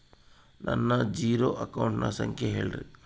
ನನ್ನ ಜೇರೊ ಅಕೌಂಟಿನ ಸಂಖ್ಯೆ ಹೇಳ್ರಿ?